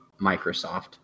Microsoft